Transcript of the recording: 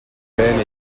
peine